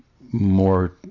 more